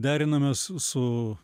derinamės su